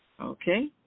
Okay